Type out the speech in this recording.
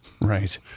Right